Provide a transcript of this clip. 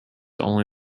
only